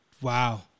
Wow